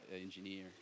engineer